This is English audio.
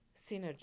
synergy